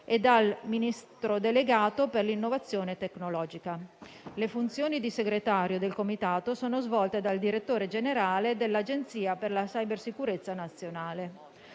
e dal Ministro delegato per l'innovazione tecnologica. Le funzioni di segretario del Comitato sono svolte dal direttore generale dell'Agenzia per la cybersicurezza nazionale.